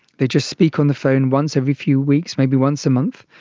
they just speak on the phone once every few weeks, maybe once a month,